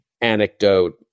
anecdote